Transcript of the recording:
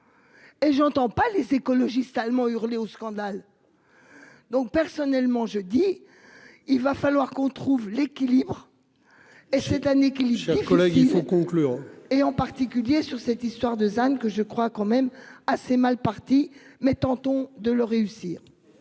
Et j'entends pas. Les écologistes allemands hurler au scandale. Donc personnellement je dis il va falloir qu'on trouve l'équilibre. Et cette année il. Le il faut conclure et en particulier sur cette histoire de Zan que je crois quand même assez mal parti mais tentons de le réussir.